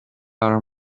are